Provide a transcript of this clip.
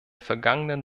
vergangenen